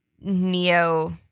neo